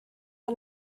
are